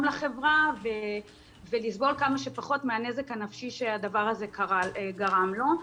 לחברה ולסבול כמה שפחות מהנזק הנפשי שהדבר הזה גרם לו.